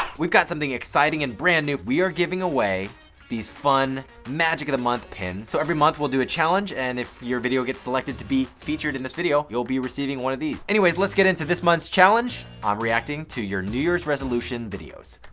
we've got something exciting and brand new! we are giving away these fun magic of the month pins. so every month, we'll do a challenge, and if your video gets selected to be featured in this video, you'll be receiving one of these. anyways, let's get into this month's challenge. i'm um reacting to your new year's resolution videos.